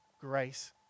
grace